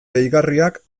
deigarriak